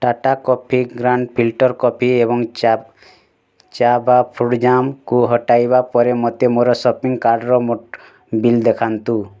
Tata coffee ground filter coffee ଏବଂ ଚାବ୍ ଚାବା ଫ୍ରୁଟ୍ ଜାମ୍କୁ ହଟାଇବା ପରେ ମୋତେ ମୋର ସପିଂ କାର୍ଟ୍ର ମୋଟ ବିଲ୍ ଦେଖାନ୍ତୁ